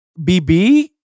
BB